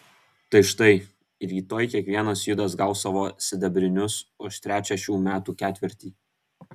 tai štai rytoj kiekvienas judas gaus savo sidabrinius už trečią šių metų ketvirtį